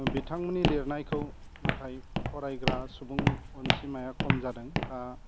बिथांमोननि लिरनायखौ नाथाय फरायग्रा सुबुं अनजिमाया खम जादों दा